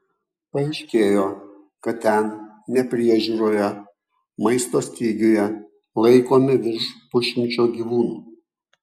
paaiškėjo kad ten nepriežiūroje maisto stygiuje laikomi virš pusšimčio gyvūnų